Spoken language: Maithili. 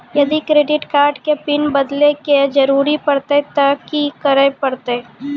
यदि क्रेडिट कार्ड के पिन बदले के जरूरी परतै ते की करे परतै?